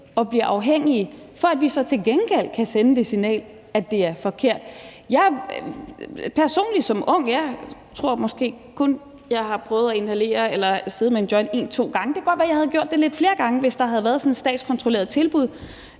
og bliver afhængige, for at vi så til gengæld kan sende det signal, at det er forkert. Personligt tror jeg, at jeg som ung kun har prøvet at inhalere eller sidde med en joint en eller to gange. Det kan godt være, jeg havde gjort det lidt flere gange, hvis der havde været sådan et statskontrolleret tilbud.